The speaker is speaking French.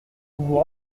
vous